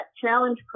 challenge